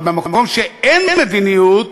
אבל במקום שאין מדיניות